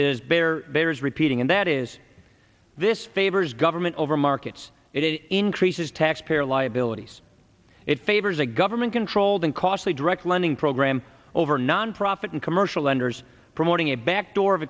is bare there is repeating and that is this favors government over markets if it increases taxpayer liabilities it favors a government controlled and costly direct lending program over nonprofit and commercial lenders promoting a backdoor of